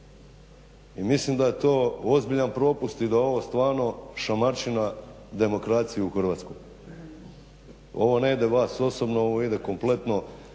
I mislim da je to ozbiljan propust i da ovo stvarno šamarčina demokraciji u Hrvatskoj. Ovo ne ide vas osobno, ovo ide kompletno